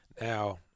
now